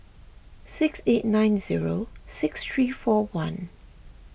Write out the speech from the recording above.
six eight nine zero six three four one